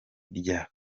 rya